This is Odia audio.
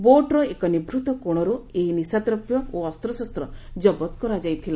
ବୋଟର ଏକ ନିଭୂତକୋଶର୍ତ ଏହି ନିଶାଦ୍ରବ୍ୟ ଓ ଅସ୍ତଶସ୍ତ ଜବତ କରାଯାଇଥିଲା